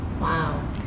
Wow